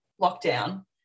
lockdown